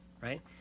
Right